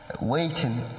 Waiting